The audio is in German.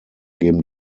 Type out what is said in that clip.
geben